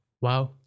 Wow